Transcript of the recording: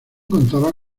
contaba